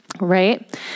right